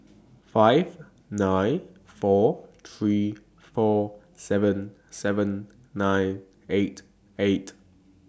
five nine four three four seven seven nine eight eight